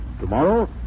Tomorrow